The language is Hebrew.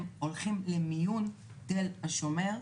הם הולכים למיון תל השומר,